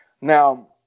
Now